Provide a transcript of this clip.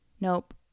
nope